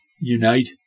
Unite